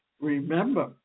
remember